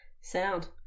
Sound